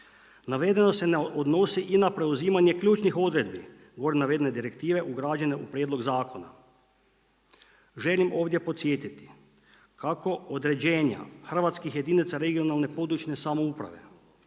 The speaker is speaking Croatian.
Navedeno se ne odnosi i na preuzimanje ključnih odredbi gore naveden direktive ugrađene u prijedlog zakona. Želim ovdje podsjetiti kako određenja hrvatskih jedinica regionalne područne samouprave